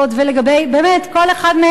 ולגבי כל אחד מהם,